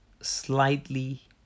slightly